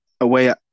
away